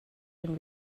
den